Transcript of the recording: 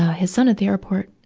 his son at the airport.